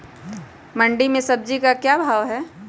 मंडी में सब्जी का क्या भाव हैँ?